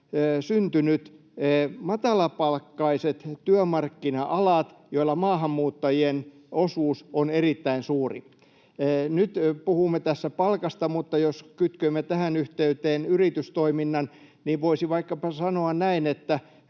syntyneet matalapalkkaiset työmarkkina-alat, joilla maahanmuuttajien osuus on erittäin suuri. Nyt puhumme tässä palkasta, mutta jos kytkemme tähän yhteyteen yritystoiminnan, niin voisi sanoa vaikkapa näin, että